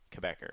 Quebecer